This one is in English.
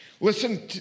Listen